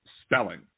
spelling